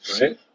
Right